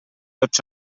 tots